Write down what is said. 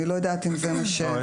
אני לא יודע אם זה מה שהכיוון,